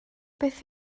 beth